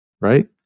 right